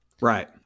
Right